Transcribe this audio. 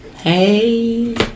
Hey